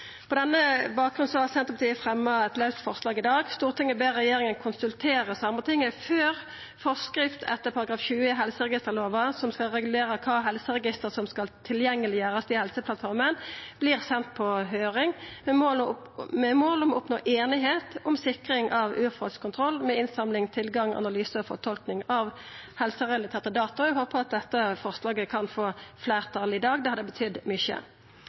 På denne bakgrunnen har Senterpartiet fremma eit forslag i dag: «Stortinget ber regjeringen konsultere Sametinget før forskrift etter § 20 i helseregisterloven som skal regulere hvilke helseregistre som skal tilgjengeliggjøres i helseplattformen, sendes på høring, med mål om å oppnå enighet om sikring av urfolks kontroll med innsamling, tilgang til, analyse og fortolkning av helserelaterte data.» Eg håpar at dette forslaget kan få fleirtal i dag – det hadde betydd mykje.